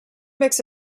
mix